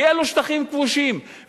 כי אלו שטחים כבושים,